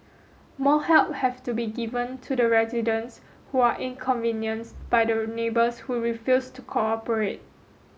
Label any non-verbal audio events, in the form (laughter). more help have to be given to the residents who are inconvenienced by (unintelligible) neighbours who refuse to cooperate